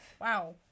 Wow